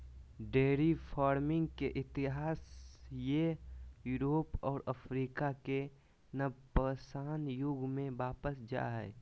dairy farming के इतिहास जे यूरोप और अफ्रीका के नवपाषाण युग में वापस जा हइ